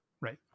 right